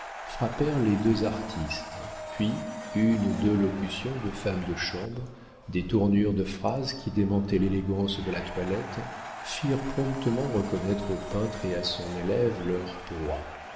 frappèrent les deux artistes puis une ou deux locutions de femme de chambre des tournures de phrase qui démentaient l'élégance de la toilette firent promptement reconnaître au peintre et à son élève leur proie